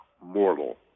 mortal